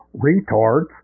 retards